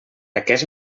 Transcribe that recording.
aquest